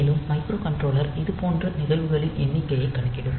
மேலும் மைக்ரோகண்ட்ரோலர் இதுபோன்ற நிகழ்வுகளின் எண்ணிக்கையை கணக்கிடும்